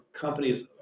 companies